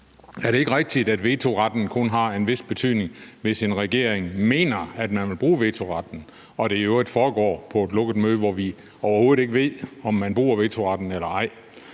Er det ikke rigtigt, at vetoretten kun har en vis betydning, hvis en regering mener, at den vil bruge vetoretten, og det i øvrigt foregår på et lukket møde, hvor vi overhovedet ikke ved, om man bruger vetoretten eller ej,